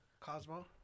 Cosmo